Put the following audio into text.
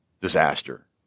disaster